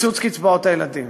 קיצוץ קצבאות הילדים,